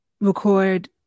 record